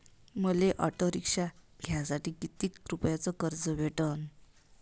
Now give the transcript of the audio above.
मले auto rickshaw घ्यासाठी कितीक रुपयाच कर्ज भेटनं?